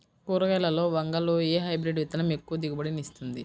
కూరగాయలలో వంగలో ఏ హైబ్రిడ్ విత్తనం ఎక్కువ దిగుబడిని ఇస్తుంది?